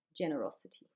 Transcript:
Generosity